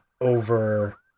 over